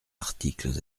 articles